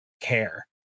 care